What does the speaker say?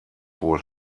wohl